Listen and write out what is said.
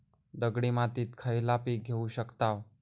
दगडी मातीत खयला पीक घेव शकताव?